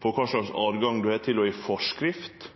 på kva slags åtgang ein har til i forskrift